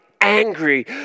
angry